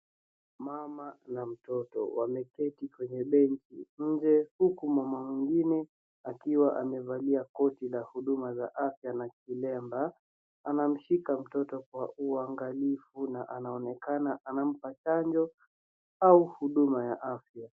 Mama na mtoto wameketi kwenye nje huku mama mgine akiwa amevalia koti la huduma za afya na kilemba anashika mtoto kwa uangalifu na anaonekana kumpa chanjo au huduma za afya.